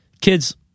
kids